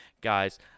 guys